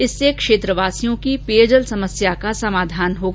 इससे क्षेत्रवासियों की पेयजल समस्या का समाधान होगा